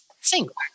Single